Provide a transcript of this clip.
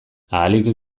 ahalik